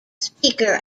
speaker